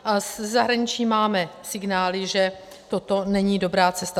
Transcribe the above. A ze zahraničí máme signály, že toto není dobrá cesta.